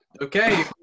okay